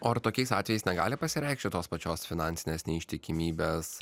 o ar tokiais atvejais negali pasireikšti tos pačios finansinės neištikimybės